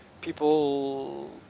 people